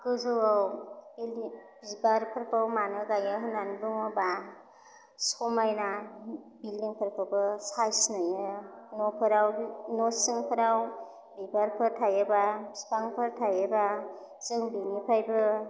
गोजौवाव बिल्डिं बिबारफोरखौ मानो गायो होननानै बुङोबा समायना बिल्डिंफोरखौबो साइच नुयो न'फोराव न'सिंफोराव बिबारफोर थायोबा बिफांफोर थायोबा जों बिनिफ्रायबो